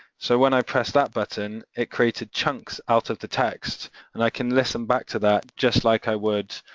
so when i press that button, it created chunks out of the text and i can listen back to that just like i would